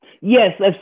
Yes